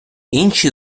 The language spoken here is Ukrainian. інші